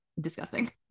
disgusting